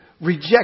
reject